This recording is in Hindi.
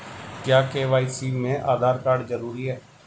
क्या के.वाई.सी में आधार कार्ड जरूरी है?